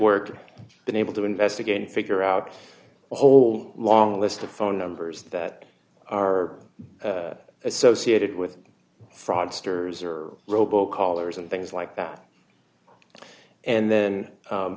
work been able to investigate and figure out a whole long list of phone numbers that are associated with fraudsters or robo callers and things like that and then